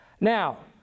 now